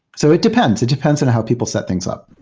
so it depends. it depends on how people set things up.